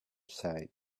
side